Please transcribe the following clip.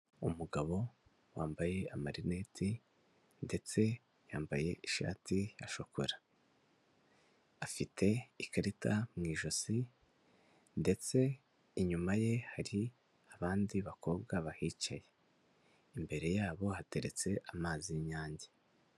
Umugabo wambaye amarineti ndetse yambaye ishati ya shokora, afite ikarita mu ijosi, ndetse inyuma ye hari abandi bakobwa bahicaye, imbere yabo hateretse amazi y'inyange.